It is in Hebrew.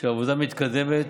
שהעבודה מתקדמת.